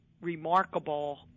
remarkable